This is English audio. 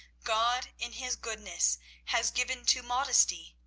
god in his goodness has given to modesty,